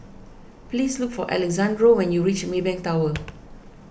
please look for Alexandro when you reach Maybank Tower